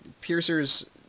piercer's